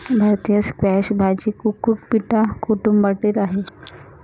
भारतीय स्क्वॅश भाजी कुकुबिटा कुटुंबातील आहे